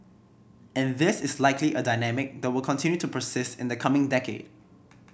and this is likely a dynamic that will continue to persist in the coming decade